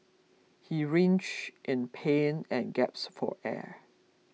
he writhed in pain and gaps for air